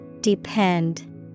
Depend